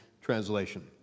Translation